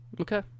Okay